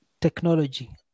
technology